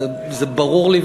זה ברור לי,